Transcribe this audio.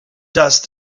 dust